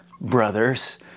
brothers